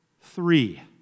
Three